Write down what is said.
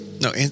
No